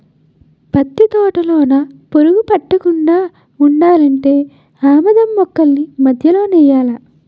పత్తి తోటలోన పురుగు పట్టకుండా ఉండాలంటే ఆమదం మొక్కల్ని మధ్యలో నెయ్యాలా